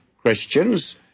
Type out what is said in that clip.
Christians